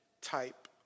type